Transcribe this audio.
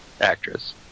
actress